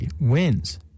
Wins